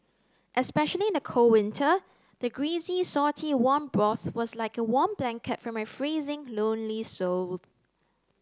especially in the cold winter the greasy salty warm broth was like a warm blanket for my freezing lonely soul